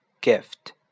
gift